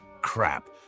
Crap